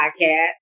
podcast